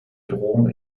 bedrohung